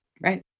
right